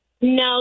No